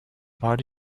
party